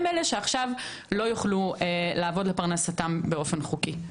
הם אלה שעכשיו לא יוכלו לעבוד לפרנסתם באופן חוקי.